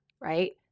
right